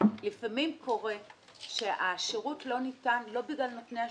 לפעמים קורה שהשירות לא ניתן לא בגלל נותני השירותים,